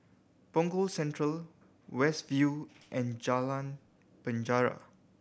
Punggol Central West View and Jalan Penjara